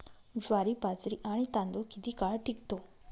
ज्वारी, बाजरी आणि तांदूळ किती काळ टिकतो?